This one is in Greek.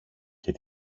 και